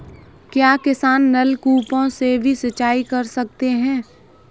क्या किसान नल कूपों से भी सिंचाई कर सकते हैं?